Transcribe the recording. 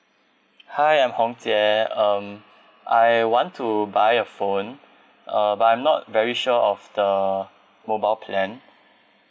hi I'm hong jie um I want to buy a phone uh but I'm not very sure of the mobile plan